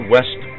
West